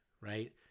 right